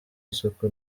isuku